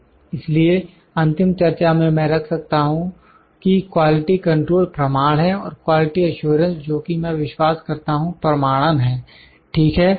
इसलिए अंतिम चर्चा में मैं रख सकता हूं कि क्वालिटी कंट्रोल प्रमाण है और क्वालिटी एश्योरेंस जो कि मैं विश्वास करता हूं प्रमाणन है ठीक है